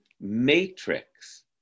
matrix